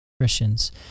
Christians